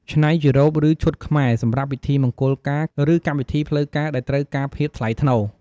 ច្នៃជារ៉ូប ឬឈុតខ្មែរ សម្រាប់ពិធីមង្គលការ ឬកម្មវិធីផ្លូវការដែលត្រូវការភាពថ្លៃថ្នូរ។